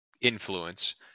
influence